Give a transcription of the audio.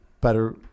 better